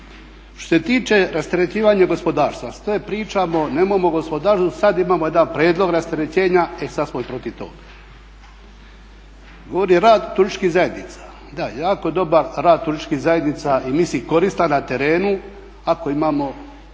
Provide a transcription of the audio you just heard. Što se tiče rasterećivanja gospodarstva sve pričamo nemamo gospodarstvo, sada imamo jedan prijedlog rasterećenja, e sada smo i protiv toga. Govori rad turističkih zajednica, da jako je dobar rad turističkih zajednica i mislim koristan na terenu ako imamo